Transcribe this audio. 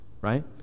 right